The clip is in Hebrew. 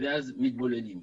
ואז מתבוללים.